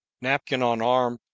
napkin on arm,